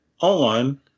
on